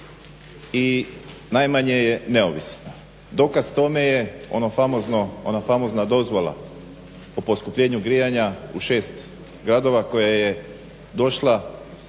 i najmanje je neovisna. Dokaz tome je ona famozna dozvola o poskupljenju grijanja u 6 gradova koje je došla